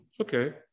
Okay